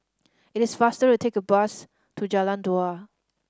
it is faster to take bus to Jalan Dua